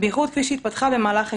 בייחוד כפי שהתפתחה במהלך ההיסטוריה.